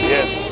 Yes